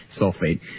sulfate